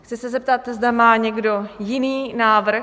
Chci se zeptat, zda má někdo jiný návrh?